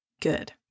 good